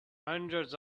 hundreds